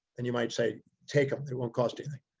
and you might say take them. they won't cost anything.